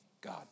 God